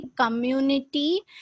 community